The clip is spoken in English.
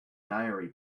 diary